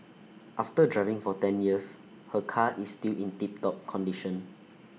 after driving for ten years her car is still in tip top condition